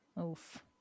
Oof